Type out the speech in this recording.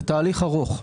זה תהליך ארוך.